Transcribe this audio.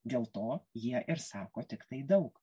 dėl to jie ir sako tiktai daug